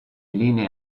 linee